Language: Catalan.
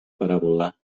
paràbola